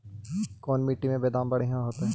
कोन मट्टी में बेदाम बढ़िया होतै?